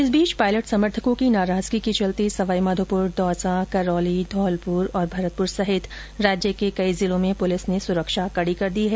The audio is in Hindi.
इस बीच पायलट समर्थकों की नाराजगी के चलते सवाई माधोपुर दौसा करौली धौलपुर और भरतपुर सहित राज्य के कई जिलों में पुलिस ने सुरक्षा कडी कर दी है